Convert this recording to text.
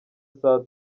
saa